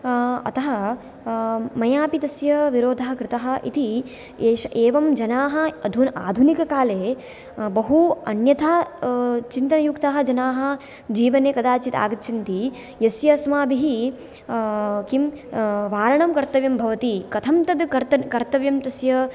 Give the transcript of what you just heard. अतः मया अपि तस्य विरोधः कृतः इति एष एवं जनाः अधु आधुनिककाले बहु अन्यथा चिन्तायुक्ताः जनाः जीवने कदाचित् आगच्छन्ति यस्य अस्माभिः किं वारणं कर्तव्यं भवति कथं तत् कर्त कर्तव्यम् तस्य